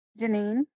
Janine